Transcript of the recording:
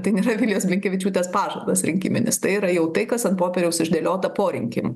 tai nėra vilijos blinkevičiūtės pažadas rinkiminis tai yra jau tai kas ant popieriaus išdėliota po rinkim